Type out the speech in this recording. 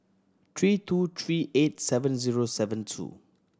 three two three eight seven zero seven two